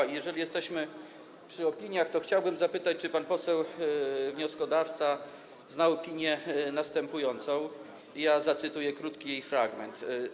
I jeżeli jesteśmy przy opiniach, to chciałbym zapytać, czy pan poseł wnioskodawca zna następującą opinię, zacytuję krótki jej fragment: